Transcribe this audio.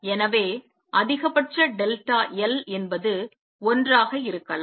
எனவே அதிகபட்ச delta L என்பது 1 ஆக இருக்கலாம்